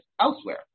elsewhere